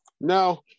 Now